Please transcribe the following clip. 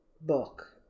book